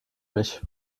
mich